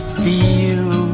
feel